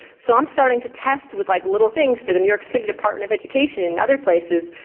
so i'm starting to test with like little things to the new york city department of education and other places.